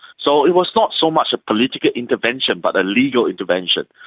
so it was not so much a political intervention but a legal intervention.